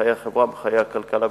בחיי החברה, בחיי הכלכלה.